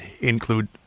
include